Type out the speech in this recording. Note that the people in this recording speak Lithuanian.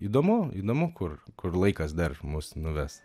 įdomu įdomu kur kur laikas dar mus nuves